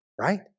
right